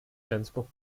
rendsburg